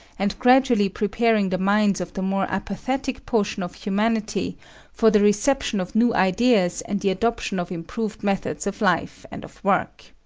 and gradually preparing the minds of the more apathetic portion of humanity for the reception of new ideas and the adoption of improved methods of life and of work.